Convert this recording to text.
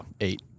eight